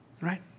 right